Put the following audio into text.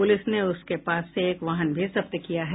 police ने उसके पास से एक वाहन भी जब्त किया है